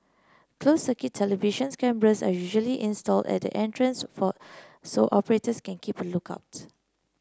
closed circuit television cameras are usually installed at the entrance for so operators can keep a look out